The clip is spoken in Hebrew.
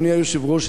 אדוני היושב-ראש,